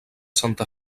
santa